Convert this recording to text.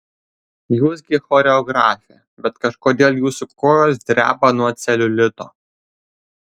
jūs gi choreografė bet kažkodėl jūsų kojos dreba nuo celiulito